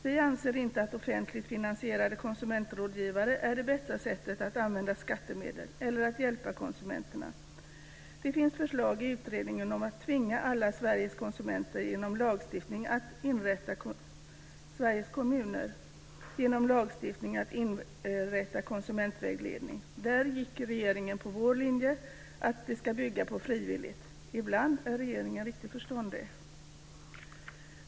Vi anser inte att offentligt finansierade konsumentrådgivare är det bästa sättet att använda skattemedel eller att hjälpa konsumenterna. Det finns förslag i utredningen om att genom lagstiftning tvinga alla Sveriges kommuner att inrätta konsumentvägledning. Där gick regeringen på vår linje, dvs. att det ska bygga på frivillighet. Ibland är regeringen riktigt förståndig!